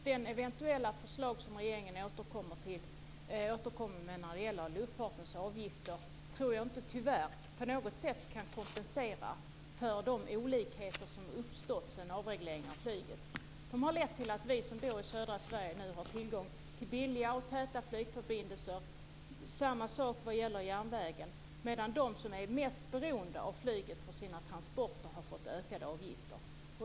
Det eventuella förslag som regeringen återkommer med när det gäller luftfartens avgifter tror jag tyvärr inte på något sätt kan kompensera för de olikheter som uppstått sedan avregleringen av flyget. De har lett till att vi som bor i södra Sverige nu har tillgång till billiga och täta flygförbindelser. Samma sak vad gäller järnvägen. Medan de som är mest beroende av flyget för sina transporter har fått ökade avgifter.